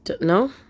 No